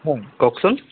হয় কওকচোন